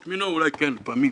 את מינו אולי כן, לפעמים,